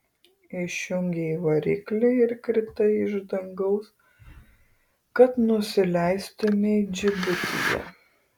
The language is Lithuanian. išjungei variklį ir kritai iš dangaus kad nusileistumei džibutyje